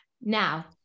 now